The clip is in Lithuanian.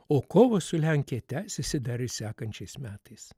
o kovos su lenkija tęsėsi dar ir sekančiais metais